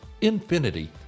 Infinity